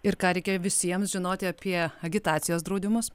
ir ką reikia visiems žinoti apie agitacijos draudimus